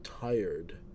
tired